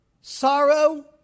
sorrow